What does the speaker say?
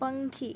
પંખી